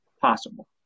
possible